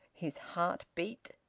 his heart beat.